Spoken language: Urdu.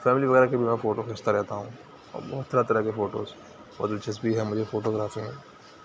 فیملی وغیرہ کے بھی میں فوٹو کھینچتا رہتا ہوں اور بہت طرح طرح کے فوٹوز اور دلچسپی ہے مجھے فوٹو گرافی میں